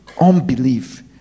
unbelief